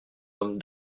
homme